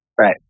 Right